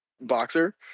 boxer